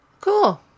Cool